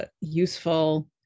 useful